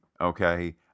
okay